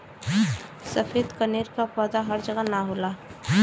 सफ़ेद कनेर के पौधा हर जगह ना होला